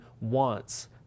wants